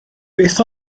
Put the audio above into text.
beth